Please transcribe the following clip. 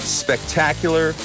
spectacular